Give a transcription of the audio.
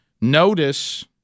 Notice